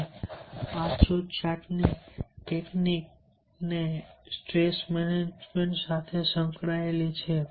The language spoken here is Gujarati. અને આ છૂટછાટની ટેકનિક સ્ટ્રેસ મેનેજમેન્ટ સાથે પણ સંકળાયેલી છે